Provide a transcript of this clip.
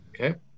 Okay